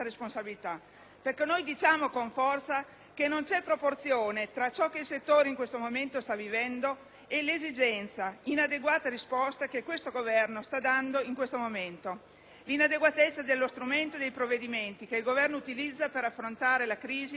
Diciamo con forza che non c'è proporzione tra ciò che il settore in questo momento sta vivendo e l'esigua, inadeguata risposta che questo Governo sta dando: l'inadeguatezza dello strumento e dei provvedimenti che il Governo utilizza per affrontare la crisi di un settore